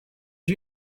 you